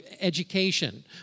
education